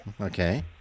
Okay